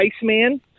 Iceman